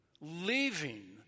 leaving